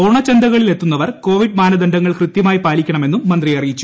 ഓണച്ചന്തകളിൽ എത്തുന്നവർ കോവിഡ് മാനദണ്ഡങ്ങൾ കൃത്യമായി പാലിക്കണമെന്നും മന്ത്രി അറിയിച്ചു